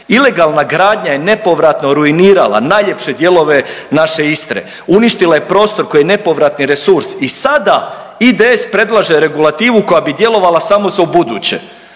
Ilegalna gradnja je nepovratno ruinirala najljepše dijelove naše Istre, uništila je prostor koji je nepovratni resurs i sada IDS predlaže regulativu koja bi djelovala samo za ubuduće.